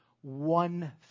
one